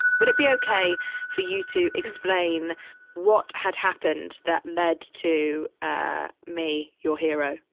would it be okay for you to explain what had happened that led to ah me, your hero,